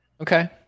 Okay